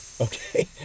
okay